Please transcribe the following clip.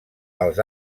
als